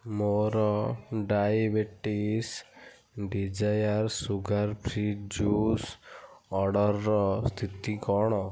ମୋର diabetes desire sugar free juice ଅର୍ଡ଼ର୍ର ସ୍ଥିତି କ'ଣ